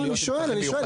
לא, אני שואל, אני שואל.